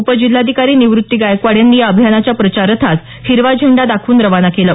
उप जिल्हाधिकारी निव्रत्ती गायकवाड यांनी या अभियानाच्या प्रचार रथास हिरवा झेंडा दाखवून खवाना केलं